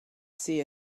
see